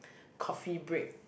coffee break